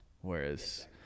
Whereas